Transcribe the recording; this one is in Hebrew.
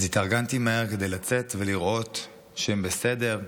אז התארגנתי מהר כדי לצאת ולראות שהם בסדר,